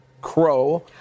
crow